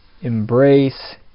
embrace